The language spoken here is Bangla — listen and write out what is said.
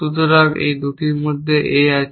সুতরাং এই দুটির মধ্যে A আছে